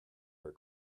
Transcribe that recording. her